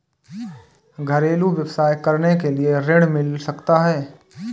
घरेलू व्यवसाय करने के लिए ऋण मिल सकता है?